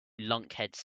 lunkheads